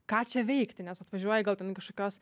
ką čia veikti nes atvažiuoja gal ten kažkokios